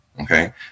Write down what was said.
okay